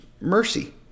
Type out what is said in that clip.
mercy